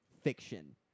fiction